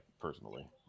personally